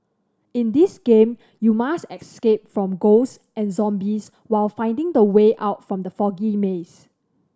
in this game you must escape from ghosts and zombies while finding the way out from the foggy maze